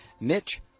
Mitch